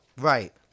Right